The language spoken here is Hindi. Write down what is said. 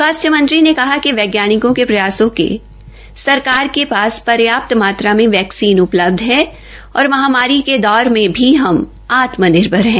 स्वास्थ्य मंत्री ने कहा कि वैज्ञानिकों के प्रयासों से सरकार के पास पर्याप्त मात्रा में वैक्सीन उपलब्ध है और महामारी के दौर में भी इस आत्मनिर्भर है